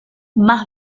más